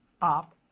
up